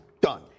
done